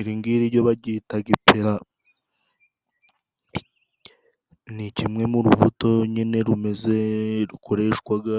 Iri ng'iri jyo bajyitaga ipera, ni kimwe mu rubuto nyine rumeze, rukoreshwaga